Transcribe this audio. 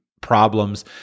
problems